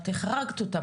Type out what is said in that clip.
את החרגת אותם.